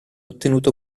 ottenuto